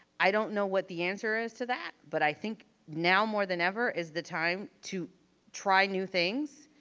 i don't know what the answer is to that, but i think now more than ever is the time to try new things,